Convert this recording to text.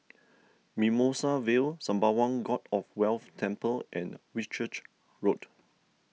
Mimosa Vale Sembawang God of Wealth Temple and Whitchurch Road